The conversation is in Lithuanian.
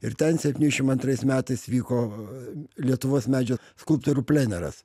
ir ten septyniasdešim antrais metais vyko lietuvos medžio skulptorių pleneras